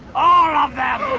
all of them.